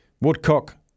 Woodcock